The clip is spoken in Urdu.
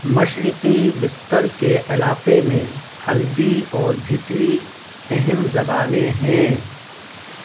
مشرقی بستر کے علاقے میں حلبی اور بھیتری اہم زبانیں ہیں